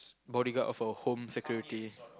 Bodyguard of a home security